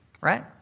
Right